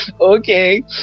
okay